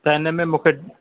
त हिन में मूंखे